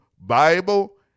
Bible